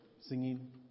singing